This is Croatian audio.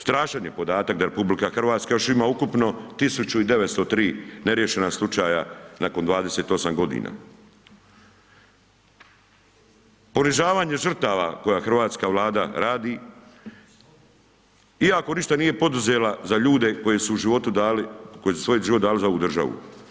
Strašan je podatak da RH, ima ukupno 1903 neriješena slučaja nakon 28 g. Ponižavanje žrtava koje hrvatska vlada radi, iako ništa nije poduzela za ljude, koji su životu dali, koji su svoj život dali za ovu državu.